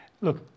Look